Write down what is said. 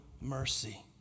mercy